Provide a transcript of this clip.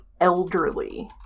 elderly